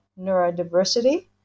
Neurodiversity